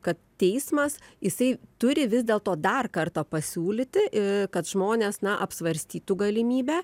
kad teismas jisai turi vis dėl to dar kartą pasiūlyti kad žmonės na apsvarstytų galimybę